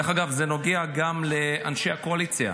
דרך אגב, זה נוגע גם לאנשי הקואליציה,